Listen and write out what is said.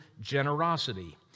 generosity